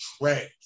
trash